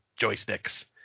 Joysticks